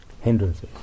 hindrances